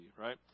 right